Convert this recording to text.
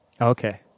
okay